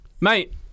mate